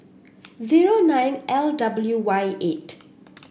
zero nine L W Y eight